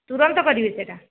ତୁରନ୍ତ କରିବେ ସେହିଟା